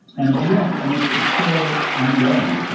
and and yeah. and it's it's still ongoing.